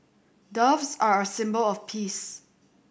doves are a symbol of peace